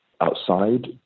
outside